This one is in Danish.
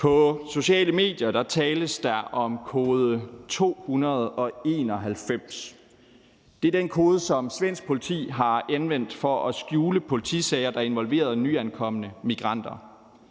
På sociale medier tales der om kode 291. Det er den kode, som svensk politi har anvendt for at skjule politisager, der involverede nyankomne migranter.